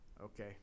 okay